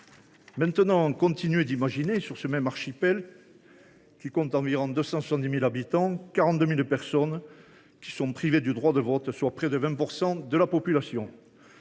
l’envers de ce décor. Sur ce même archipel, qui compte environ 270 000 habitants, 42 000 personnes sont privées du droit de vote, soit près de 20 % de la population.